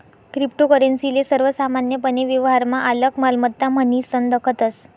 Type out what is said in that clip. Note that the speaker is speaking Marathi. क्रिप्टोकरेंसी ले सर्वसामान्यपने व्यवहारमा आलक मालमत्ता म्हनीसन दखतस